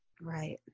Right